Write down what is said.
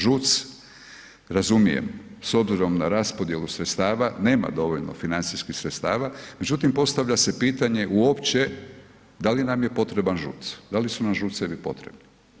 ŽUC, razumijem s obzirom na raspodjelu sredstava, nema dovoljno financijskih sredstava međutim postavlja se pitanje uopće da li nam je potreban ŽUC, da li su nam ŽUC-evi potrebni?